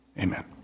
amen